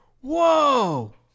Whoa